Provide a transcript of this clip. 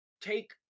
Take